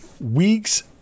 week's